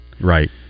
Right